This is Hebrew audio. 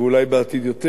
ואולי בעתיד יותר.